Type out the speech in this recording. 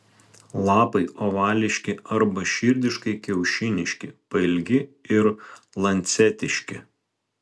lapai ovališki arba širdiškai kiaušiniški pailgi ir lancetiški